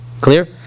Clear